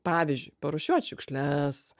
pavyzdžiui parūšiuot šiukšles